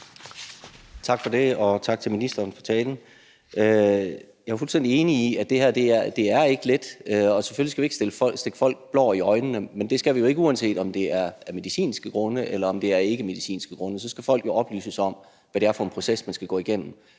for det, og tak til ministeren for talen. Jeg er jo selvfølgelig enig i, at det her ikke er let. Og selvfølgelig skal vi ikke stikke folk blår i øjnene – det skal vi selvfølgelig ikke, uanset om det er af medicinske grunde, eller om det ikke er af medicinske grunde. For så skal folk jo oplyses om, hvad det er for en proces, man skal gå igennem.